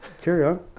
Curious